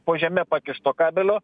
po žeme pakišto kabelio